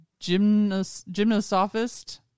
gymnosophist